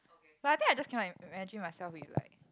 but I think I just cannot imagine myself with like